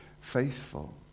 faithful